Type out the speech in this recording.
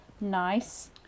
Nice